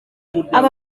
aba